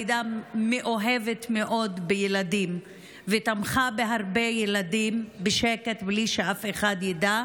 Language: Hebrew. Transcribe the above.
היא הייתה מאוהבת מאוד בילדים ותמכה בהרבה ילדים בשקט בלי שאף אחד ידע.